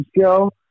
go